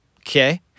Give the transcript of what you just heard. Okay